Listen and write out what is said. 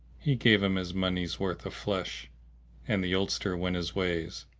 he gave him his money s worth of flesh and the oldster went his ways.